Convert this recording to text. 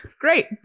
great